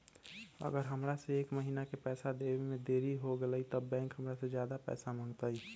अगर हमरा से एक महीना के पैसा देवे में देरी होगलइ तब बैंक हमरा से ज्यादा पैसा मंगतइ?